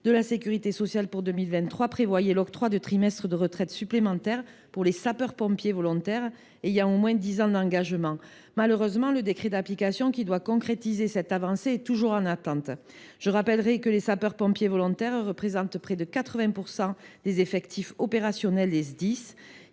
de la sécurité sociale pour 2023 prévoyait l’octroi de trimestres de retraite supplémentaires pour les sapeurs pompiers volontaires ayant au moins dix ans d’engagement. Malheureusement, le décret d’application qui doit concrétiser cette avancée est toujours en attente. Je rappelle que les sapeurs pompiers volontaires représentent près de 80 % des effectifs opérationnels des